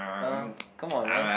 uh come on man